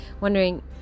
wondering